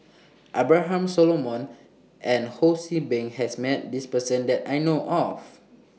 Abraham Solomon and Ho See Beng has Met This Person that I know of